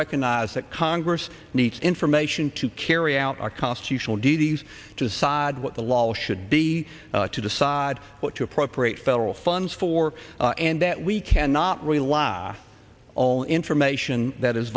recognize that congress needs information to carry out our constitutional duties to sod what the law should be to decide what to appropriate federal funds for and that we cannot relax all information that is